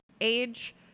age